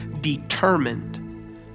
determined